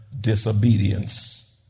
disobedience